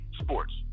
Sports